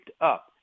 up